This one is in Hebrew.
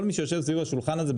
כל מי שיושב סביב השולחן הזה,